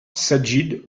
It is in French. sajid